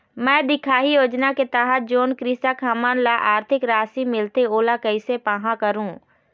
मैं दिखाही योजना के तहत जोन कृषक हमन ला आरथिक राशि मिलथे ओला कैसे पाहां करूं?